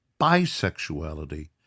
bisexuality